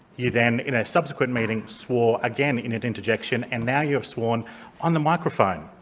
you then, in a subsequent meeting, swore again in an interjection, and now you have sworn on the microphone.